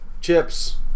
Chips